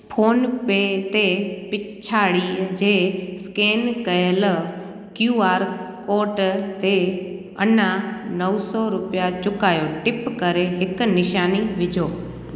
phone पे ते पिछाड़ीअ जे स्केन कयल क्यू आर कोट ते अना नव सौ रुपिया चुकायो टिप करे हिकु निशानी विझो